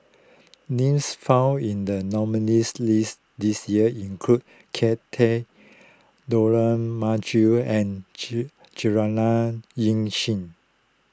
names found in the nominees' list this year include Kay Das Dollah Majid and Juliana Yasin